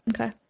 Okay